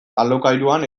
alokairuan